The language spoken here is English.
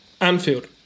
Anfield